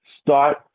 start